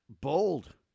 bold